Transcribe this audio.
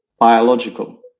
biological